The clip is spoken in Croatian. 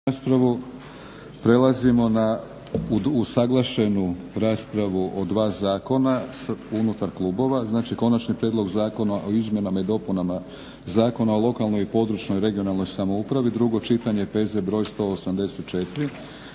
(HNS)** Prelazimo na usuglašenu raspravu o dva zakona unutar klubova. Znači - Konačni prijedlog zakona o izmjenama i dopunama Zakona o lokalnoj i područnoj (regionalnoj) samoupravi, drugo čitanje, PZ br. 184